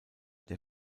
der